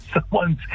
someone's